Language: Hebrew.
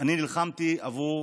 אני נלחמתי עבור